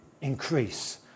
increase